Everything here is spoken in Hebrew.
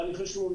אבל הוא נדרש.